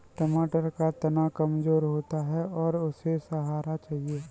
टमाटर का तना कमजोर होता है और उसे सहारा चाहिए